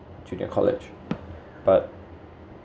junior college but